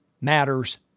matters